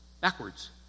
backwards